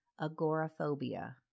agoraphobia